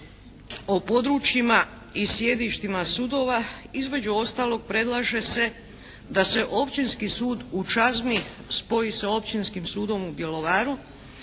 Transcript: o područjima i sjedištima sudova između ostalog predlaže se da se Općinski sud u Čazmi spoji sa Općinskim sudom u Bjelovaru